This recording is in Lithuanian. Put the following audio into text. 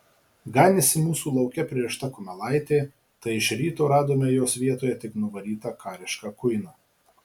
ganėsi mūsų lauke pririšta kumelaitė tai iš ryto radome jos vietoje tik nuvarytą karišką kuiną